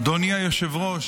אדוני היושב-ראש,